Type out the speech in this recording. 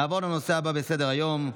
נעבור לנושא הבא בסדר-היום,